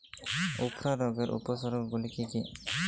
উফরা রোগের উপসর্গগুলি কি কি?